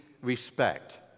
respect